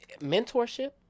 mentorship